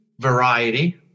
variety